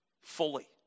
fully